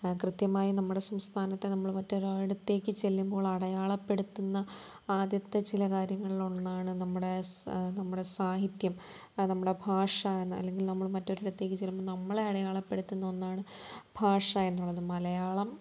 കൃത്യമായും നമ്മുടെ സംസ്ഥാനത്തെ നമ്മൾ മറ്റൊരിടത്തേക്ക് ചെല്ലുമ്പോൾ അടയാളപ്പെടുത്തുന്ന ആദ്യത്തെ ചില കാര്യങ്ങളിലൊന്നാണ് നമ്മുടെ നമ്മുടെ സാഹിത്യം നമ്മുടെ ഭാഷ എന്ന് അലെങ്കിൽ നമ്മൾ മറ്റൊരിടത്തേക്ക് ചെല്ലുമ്പോൾ നമ്മളെ അടയാളപ്പെടുത്തുന്ന ഒന്നാണ് ഭാഷ എന്നുള്ളത് മലയാളം